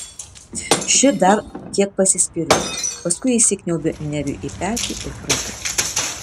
ši dar kiek pasispyriojo paskui įsikniaubė neviui į petį ir pravirko